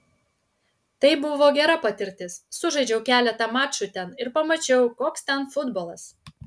tai buvo gera patirtis sužaidžiau keletą mačų ten ir pamačiau koks ten futbolas